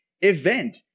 event